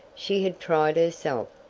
she had tried herself,